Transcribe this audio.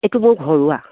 এইটো মোৰ ঘৰুৱা